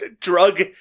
drug